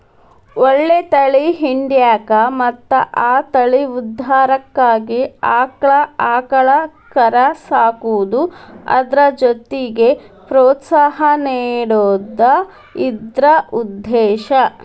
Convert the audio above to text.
ಒಳ್ಳೆ ತಳಿ ಹಿಡ್ಯಾಕ ಮತ್ತ ಆ ತಳಿ ಉದ್ಧಾರಕ್ಕಾಗಿ ಆಕ್ಳಾ ಆಕಳ ಕರಾ ಸಾಕುದು ಅದ್ರ ಜೊತಿಗೆ ಪ್ರೋತ್ಸಾಹ ನೇಡುದ ಇದ್ರ ಉದ್ದೇಶಾ